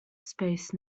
space